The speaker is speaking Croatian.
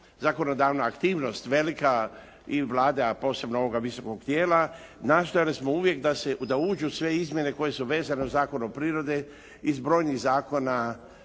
zakonodavna aktivnost velika i Vlada posebno ovoga visokog tijela nastojali smo uvijek da uđu sve izmjene koje su vezane uz Zakon o prirodi i brojnih zakona